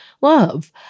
love